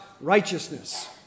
righteousness